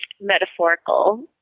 metaphorical